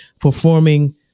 performing